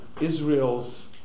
Israel's